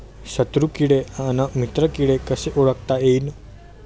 शत्रु किडे अन मित्र किडे कसे ओळखता येईन?